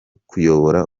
kuyobora